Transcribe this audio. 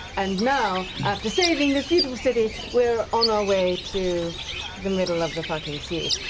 and now, after saving this beautiful city, we are on our way to the middle of the fucking sea.